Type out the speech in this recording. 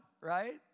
right